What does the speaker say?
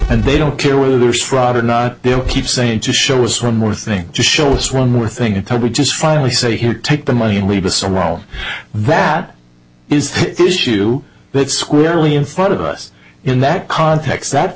and they don't care whether there's fraud or not they'll keep saying to shows from more things to show us one more thing that we just finally say here take the money and leave us alone that is the issue but squarely in front of us in that context that